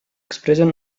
expressen